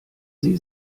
sie